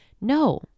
No